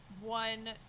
one